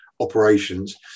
operations